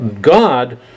God